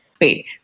Wait